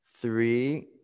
three